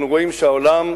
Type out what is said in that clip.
אנחנו רואים שהעולם,